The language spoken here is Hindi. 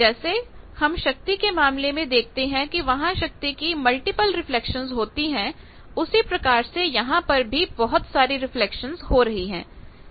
जैसे हम शक्ति के मामले में देखते हैं कि वहां शक्ति की मल्टीपल रिफ्लेक्शंस होती है उसी प्रकार से यहां पर भी बहुत सारी रिफ्लेक्शंस हो रही हैं